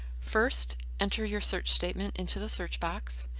first enter your search statement into the search box.